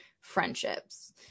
friendships